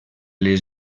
les